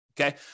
Okay